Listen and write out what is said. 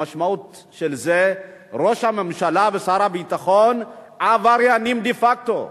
המשמעות של זה: ראש הממשלה ושר הביטחון עבריינים דה-פקטו.